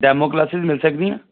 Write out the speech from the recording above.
demo classes ਮਿਲ ਸਕਦੀਆਂ